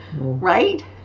right